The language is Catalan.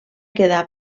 quedar